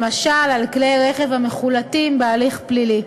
למשל על כלי רכב המחולטים בהליך פלילי.